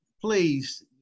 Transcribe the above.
please